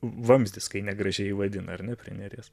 vamzdis kai negražiai jį vadina ar ne prie neries